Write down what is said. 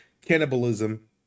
cannibalism